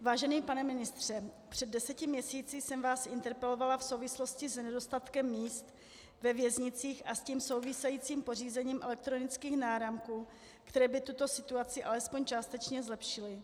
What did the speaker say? Vážený pane ministře, před deseti měsíci jsem vás interpelovala v souvislosti s nedostatkem míst ve věznicích a s tím souvisejícím pořízením elektronických náramků, které by tuto situaci alespoň částečně zlepšily.